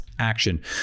Action